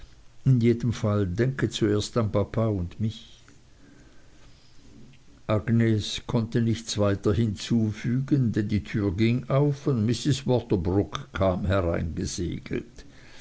in jedem fall denke zuerst an papa und mich agnes konnte nichts weiter hinzufügen denn die türe ging auf und mrs waterbroock kam